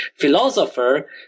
philosopher